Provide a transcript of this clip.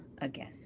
again